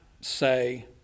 say